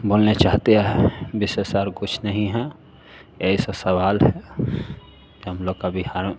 बोलना चाहते हैं विशेष और कुछ नहीं है ऐसा सवाल है कि हम लोग का बिहार